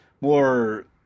more